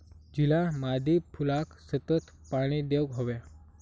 झिला मादी फुलाक सतत पाणी देवक हव्या